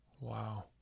wow